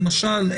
למשל,